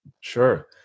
Sure